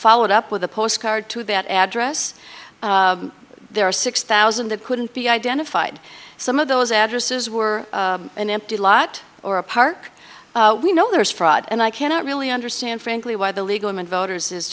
followed up with a postcard to that address there are six thousand that couldn't be identified some of those addresses were an empty lot or a park we know there is fraud and i cannot really understand frankly why the legal and voters is